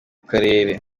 karere